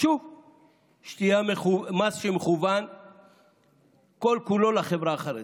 שוב, מס שמכוון כל-כולו לחברה החרדית.